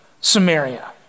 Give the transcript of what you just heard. Samaria